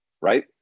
right